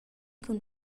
cun